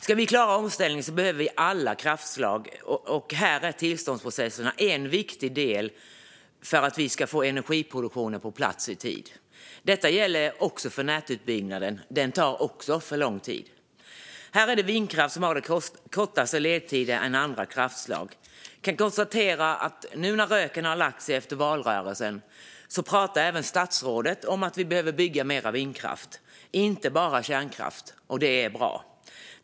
Ska vi klara omställningen behöver vi alla kraftslag, och här är tillståndsprocesserna en viktig del för att vi ska få energiproduktionen på plats i tid. Detta gäller också för nätutbyggnaden, som också tar för lång tid. Vindkraften har kortare ledtider än andra kraftslag, och vi kan konstatera, nu när röken har lagt sig efter valrörelsen, att även statsrådet pratar om att vi behöver bygga mer vindkraft och inte bara kärnkraft. Det är bra.